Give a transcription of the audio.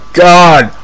god